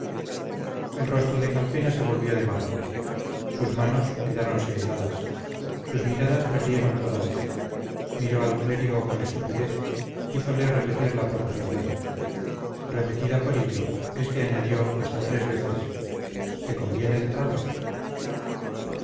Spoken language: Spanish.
el rostro de calpena se volvió de mármol sus manos quedáronse heladas sus miradas perdieron toda luz miró al clérigo con estupidez hízole repetir la proposición repetida por hillo este añadió hasta tres veces te conviene el trato